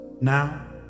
now